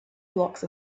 blocks